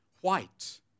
white